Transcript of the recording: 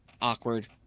awkward